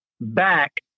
back